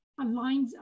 aligns